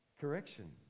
correction